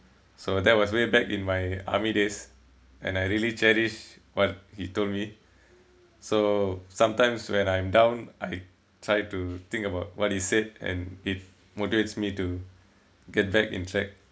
so that was way back in my army days and I really cherish what he told me so sometimes when I'm down I try to think about what he said and it motivates me to get in check